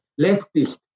leftist